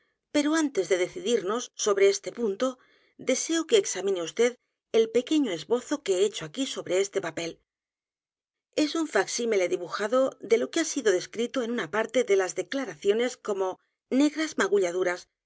pero antes de decidirnos sobre este punto deseo que examine vd el pequeño esbozo que he hecho aquí sobre este papel es un facsímile dibujado de lo que ha sido descrito en una parte de las declaraciones como negras magulladuras